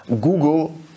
google